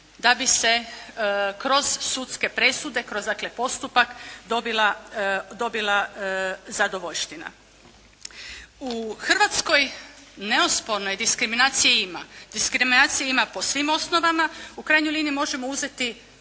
da bi se kroz sudske presude, kroz dakle postupak dobila, dobila zadovoljština. U Hrvatskoj neosporno je diskriminacije ima. Diskriminacije ima po svim osnovama. U krajnjoj liniji možemo uzeti